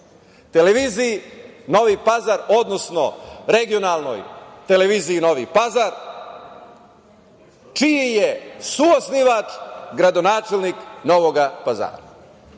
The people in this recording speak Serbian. televiziji Novi Pazar, odnosno regionalnoj televiziji Novi Pazar, čiji je suosnivač gradonačelnik Novog Pazara.